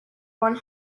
one